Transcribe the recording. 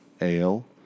ale